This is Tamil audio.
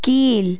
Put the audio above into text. கீழ்